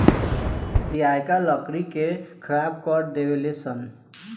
दियाका लकड़ी के खराब कर देवे ले सन